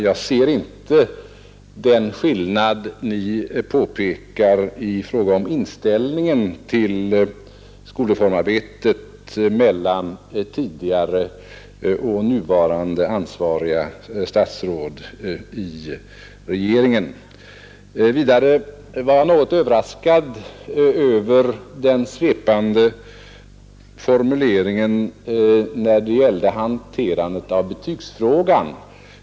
Jag ser inte den skillnad Ni påpekade i fråga om inställningen till skolreformarbetet mellan tidigare och nuvarande ansvariga statsråd i regeringen. Vidare var jag något överraskad över den svepande formuleringen om hanterandet av betygsfrågan.